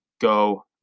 go